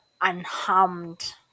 unharmed